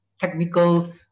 technical